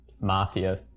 mafia